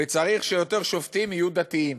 וצריך שיותר שופטים יהיו דתיים,